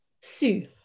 Sue